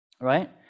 right